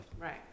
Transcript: Right